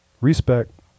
respect